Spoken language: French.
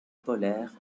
polaire